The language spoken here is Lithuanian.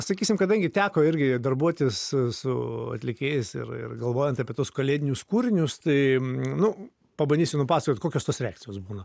sakysim kadangi teko irgi darbuotis su atlikėjais ir ir galvojant apie tuos kalėdinius kūrinius tai nu pabandysiu nupasakot kokios tos reakcijos būna